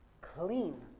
clean